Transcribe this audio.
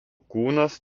kūnas